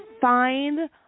find